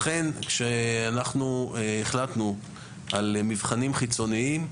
לכן כשאנחנו החלטנו על מבחנים חיצוניים,